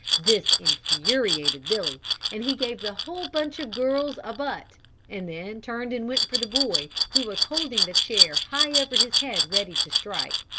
this infuriated billy and he gave the whole bunch of girls a butt and then turned and went for the boy, who was holding the chair high over his head ready to strike.